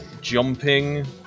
jumping